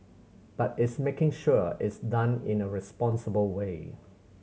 but it's making sure it's done in a responsible way